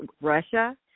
Russia